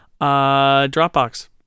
Dropbox